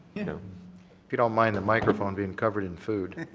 you know if you don't mind the microphone being covered in food.